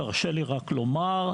תרשה לי רק לומר,